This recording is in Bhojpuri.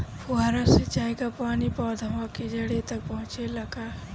फुहारा सिंचाई का पानी पौधवा के जड़े तक पहुचे ला?